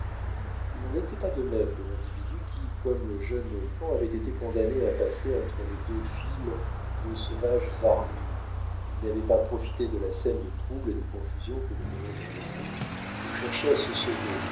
il n'en était pas de même de l'individu qui comme le jeune mohican avait été condamné à passer entre les deux files de sauvages armés il n'avait pas profité de la scène de trouble et de confusion que nous venons de décrire pour chercher à se sauver